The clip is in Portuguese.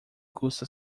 custa